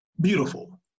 Beautiful